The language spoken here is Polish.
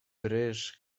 ryż